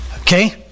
Okay